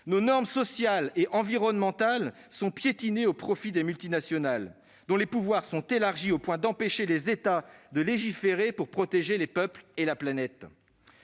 nos normes sociales et environnementales sont piétinées au profit des multinationales, dont les pouvoirs sont élargis au point d'empêcher les États de légiférer pour protéger les peuples et la planète.